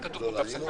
כי כתוב פה תו סגול.